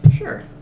Sure